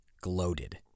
gloated